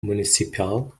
municipal